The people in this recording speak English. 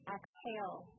Exhale